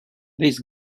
this